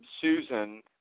Susan